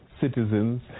citizens